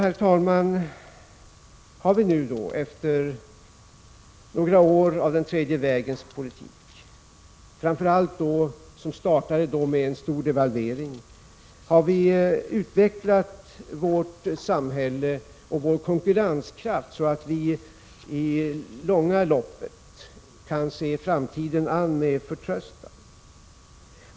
Herr talman! Har vi nu, efter några år av den tredje vägens politik, som startade med en stor devalvering, utvecklat vårt samhälle och vår konkurrenskraft så att vi i det långa loppet kan se framtiden an med förtröstan?